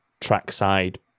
trackside